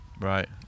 right